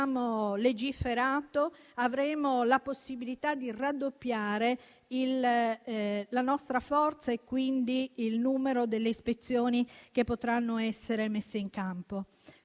legiferato, avremo la possibilità di raddoppiare la nostra forza e, quindi, il numero delle ispezioni che potranno essere messe in campo.